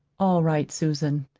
all right, susan.